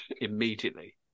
immediately